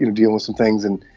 you know deal with some things and